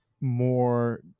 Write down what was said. more